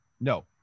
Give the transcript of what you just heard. No